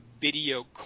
video